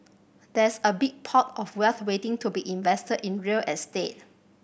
there's a big pot of wealth waiting to be invested in real estate